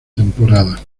temporada